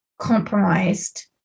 compromised